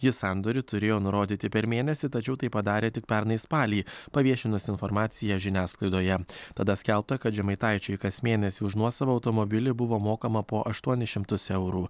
jis sandorį turėjo nurodyti per mėnesį tačiau tai padarė tik pernai spalį paviešinus informaciją žiniasklaidoje tada skelbta kad žemaitaičiui kas mėnesį už nuosavą automobilį buvo mokama po aštuonis šimtus eurų